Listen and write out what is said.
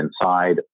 inside